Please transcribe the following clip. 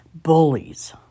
Bullies